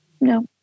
no